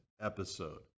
episode